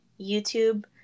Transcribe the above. YouTube